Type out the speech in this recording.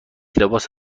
لباس